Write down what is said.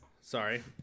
Sorry